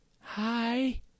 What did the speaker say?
Hi